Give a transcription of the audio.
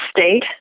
state